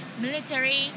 military